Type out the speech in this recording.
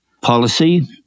policy